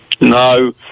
No